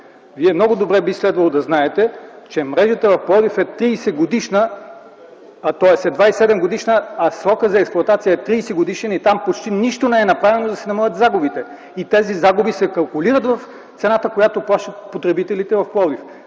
Вие много добре би следвало да знаете, че мрежата в Пловдив е 27-годишна, а срокът за експлоатация е 30-годишен и там почти нищо не е направено, за да се намалят загубите. И тези загуби се калкулират в цената, която плащат потребителите в Пловдив.